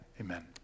Amen